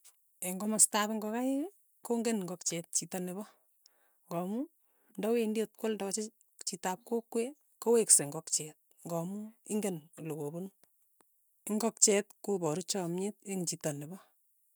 Eng kimostop ingokaik, kong'en ingokchiet chito nepo, ng'amu nda wendi at kwaldachi chitap kokwet, koweksei ingokchee, ng'amun ingen ole kopunu, ingokchiet ko paru chamiet eng' chito ne pa.